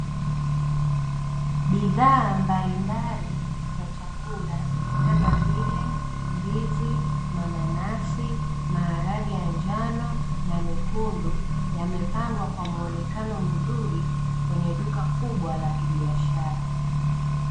Bidhaa mbalimbali za chakula kama vile ndizi, mananasi, maharage ya njano, na mekundu yamepangwa kwa muonekano mzuri, kwenye duka kubwa la kibiashara.